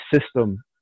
system